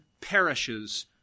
perishes